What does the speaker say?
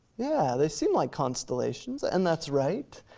yeah, they seem like constellations, and that's right,